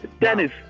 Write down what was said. Dennis